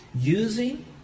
using